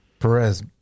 Perez